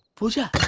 pooja